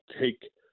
take